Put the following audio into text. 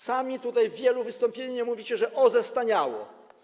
Sami tutaj w wielu wystąpieniach mówicie, że OZE staniało.